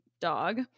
dog